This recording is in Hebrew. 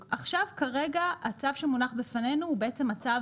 כרגע הצו שמונח בפנינו הוא בעצם מצב